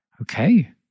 Okay